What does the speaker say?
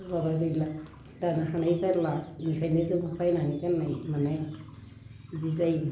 माबा गैला दानो हानाय जाला बिनिखायनो जों बायनानै गाननो मोनो बिदि जायो